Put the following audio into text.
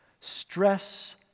stress